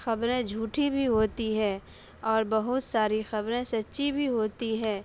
خبریں جھوٹی بھی ہوتی ہے اور بہت ساری خبریں سچی بھی ہوتی ہے